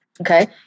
Okay